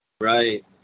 right